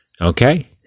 Okay